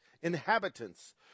inhabitants